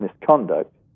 misconduct